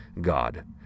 God